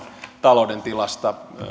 talouden tilasta